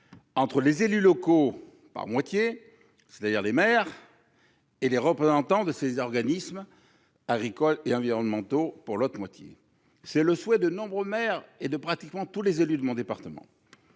entre les élus locaux, c'est-à-dire les maires, et les représentants des organismes agricoles et environnementaux. C'est le souhait de nombreux maires et de pratiquement tous les élus de mon département.